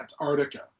Antarctica